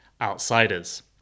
outsiders